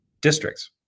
districts